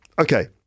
Okay